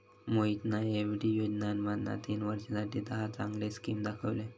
मोहितना एफ.डी योजनांमधना तीन वर्षांसाठी दहा चांगले स्किम दाखवल्यान